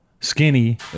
skinny